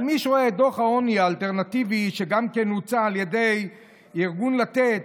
אבל מי שרואה את דוח העוני האלטרנטיבי שהוצא על ידי ארגון לתת,